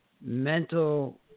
mental